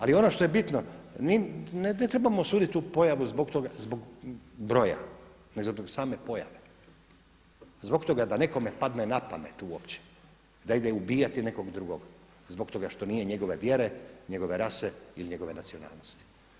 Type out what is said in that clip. Ali ono što je bitno ne trebamo sudit tu pojavu zbog broja nego zbog same pojave, zbog toga da nekome padne na pamet uopće da ide ubijati nekog drugog zbog toga što nije njegove vjere, njegove rase ili njegove nacionalnosti.